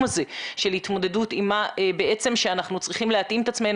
הזה של התמודדות וכי אנחנו צריכים להתאים את עצמנו.